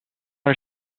her